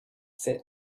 said